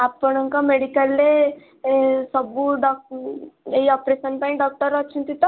ଆପଣଙ୍କ ମେଡ଼ିକାଲରେ ଏ ସବୁ ଏଇ ଅପରେସନ୍ ପାଇଁ ଡ଼କ୍ଟର ଅଛନ୍ତି ତ